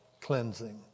cleansing